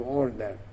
order